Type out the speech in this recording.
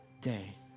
day